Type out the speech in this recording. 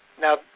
Now